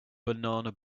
banana